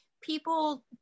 people